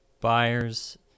Buyers